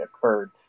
occurred